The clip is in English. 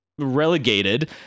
relegated